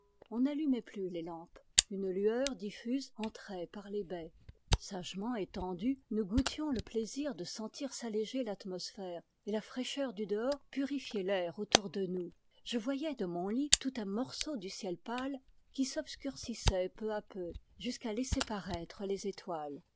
on n'allumait plus les lampes une lueur diffuse entrait par les baies sagement étendus nous goûtions le plaisir de sentir s'alléger l'atmosphère et la fraîcheur du dehors purifier l'air autour de nous je voyais de mon lit tout un morceau du ciel pâle qui s'obscurcissait peu à peu jusqu'à laisser paraître les étoiles